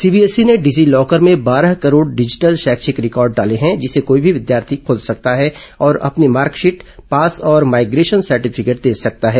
CBSE ने DigiLocker में बारह करोड़ डिजिटल शैक्षिक रिकॉर्ड डाले हैं जिसे कोई भी विद्यार्थी खोल सकता है और अपनी मार्कशीट पास और माइग्रेशन सर्टिफिकेट देख सकता है